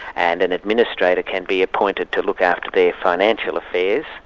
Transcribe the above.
and an administrator can be appointed to look after their financial affairs,